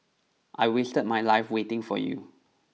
I wasted my life waiting for you